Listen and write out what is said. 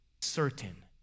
certain